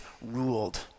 ruled